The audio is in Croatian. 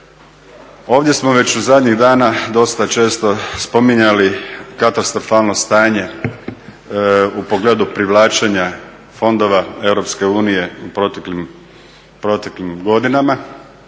Ovdje smo već zadnjih dana dosta često spominjali katastrofalno stanje u pogledu privlačenja fondova EU u proteklim godinama